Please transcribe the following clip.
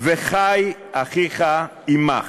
"וחי אחיך עמך".